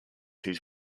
his